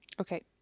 Okay